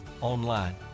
online